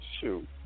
shoot